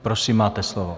Prosím, máte slovo.